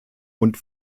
und